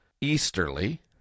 easterly